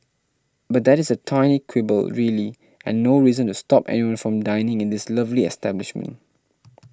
but that is a tiny quibble really and no reason to stop anyone from dining in this lovely establishment